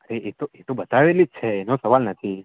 એ તો એ એ તો બતાવેલી જ છે એનો સવાલ નથી